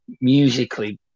musically